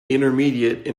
intermediate